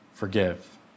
Forgive